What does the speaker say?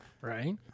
Right